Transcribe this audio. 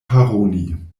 paroli